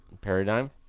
Paradigm